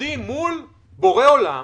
עומדים מול בורא עולם,